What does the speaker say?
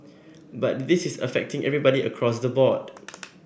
but this is affecting everybody across the board